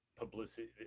publicity